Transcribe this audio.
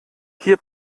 hier